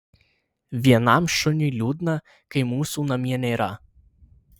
vienam šuniui liūdna kai mūsų namie nėra